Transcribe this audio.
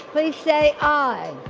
please say. ah